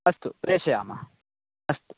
अस्तु प्रेषयामः अस्तु